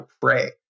pray